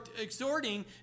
exhorting